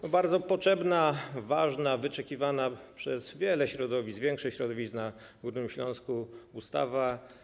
To bardzo potrzebna, ważna i wyczekiwana przez wiele środowisk, większość środowisk na Górnym Śląsku ustawa.